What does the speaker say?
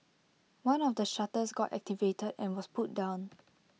one of the shutters got activated and was pulled down